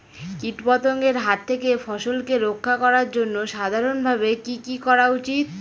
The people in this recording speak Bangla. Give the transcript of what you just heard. কীটপতঙ্গের হাত থেকে ফসলকে রক্ষা করার জন্য সাধারণভাবে কি কি করা উচিৎ?